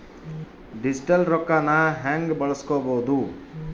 Digital ರೊಕ್ಕನ ಹ್ಯೆಂಗ ಬಳಸ್ಕೊಬೊದು?